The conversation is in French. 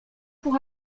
pour